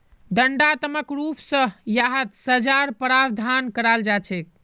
दण्डात्मक रूप स यहात सज़ार प्रावधान कराल जा छेक